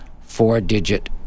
four-digit